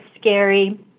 scary